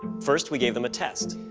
first we gave them a test.